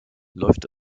läuft